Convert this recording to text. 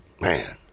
Man